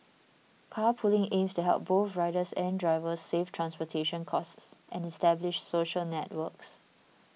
carpooling aims to help both riders and drivers save transportation costs and establish social networks